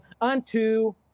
unto